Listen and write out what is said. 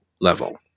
level